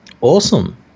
Awesome